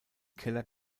keller